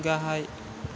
गाहाय